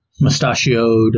mustachioed